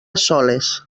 soles